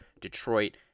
Detroit